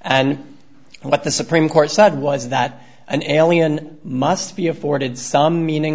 and what the supreme court said was that an alien must be afforded some meaning